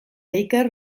iker